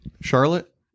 Charlotte